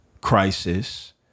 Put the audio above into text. crisis